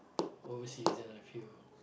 overseas than I feel